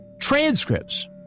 transcripts